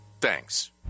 thanks